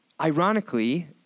ironically